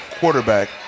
quarterback